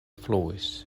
fluis